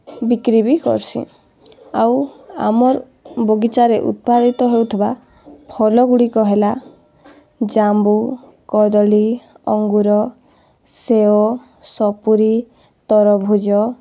ବିକ୍ରି ବି କର୍ସିଁ ଆଉ ଆମର୍ ବଗିଚାରେ ଉତ୍ପାଦିତ ହେଉଥିବା ଫଲଗୁଡ଼ିକ ହେଲା ଜାମୁ କଦଳୀ ଅଙ୍ଗୁର୍ ସେଓ ସପୁରୀ ତରଭୁଜ